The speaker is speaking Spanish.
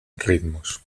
ritmos